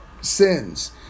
sins